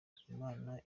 imana